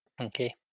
Okay